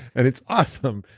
and it's awesome.